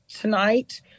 tonight